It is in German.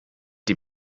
die